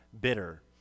bitter